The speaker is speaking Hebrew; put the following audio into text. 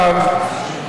יפה.